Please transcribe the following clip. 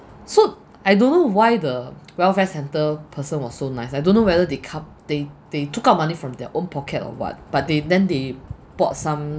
so I don't know why the welfare centre person was so nice I don't know whether they cov~ they they took out money from their own pocket or what but they then they bought some